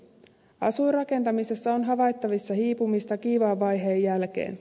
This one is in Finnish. asuinrakentamisessa on havaittavissa hiipumista kiivaan vaiheen jälkeen